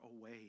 away